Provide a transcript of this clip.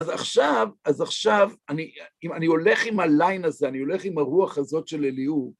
אז עכשיו, אז עכשיו, אני הולך עם הליין הזה, אני הולך עם הרוח הזאת של אליעור.